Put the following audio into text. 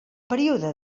període